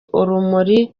urumuri